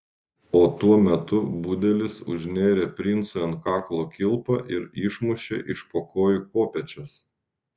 o tuo metu budelis užnėrė princui ant kaklo kilpą ir išmušė iš po kojų kopėčias